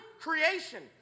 creation